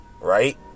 Right